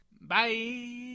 Bye